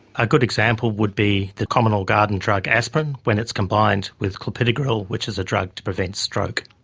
a good example would be the common or garden drug aspirin, when it is combined with clopidogrel, which is a drug to prevent stroke.